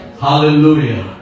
Hallelujah